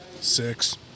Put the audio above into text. Six